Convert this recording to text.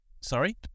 sorry